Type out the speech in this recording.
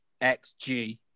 xG